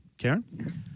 Karen